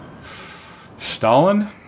Stalin